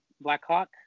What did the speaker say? Blackhawk